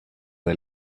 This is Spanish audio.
del